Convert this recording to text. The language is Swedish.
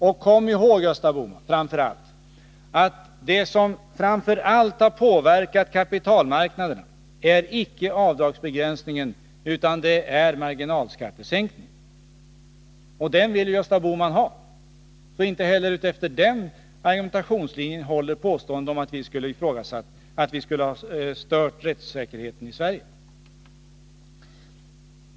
Och kom ihåg, Gösta Bohman, att vad som framför allt har påverkat kapitalmarknaden är inte avdragsbegränsningen utan marginalskattesänkningen, och den vill Gösta Bohman ha. Så inte heller efter den argumentationslinjen håller påståendet att vi skulle ha stört rättssäkerheten i Sverige.